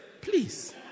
please